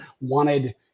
wanted